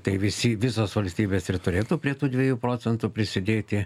tai visi visos valstybės ir turėtų prie tų dviejų procentų prisidėti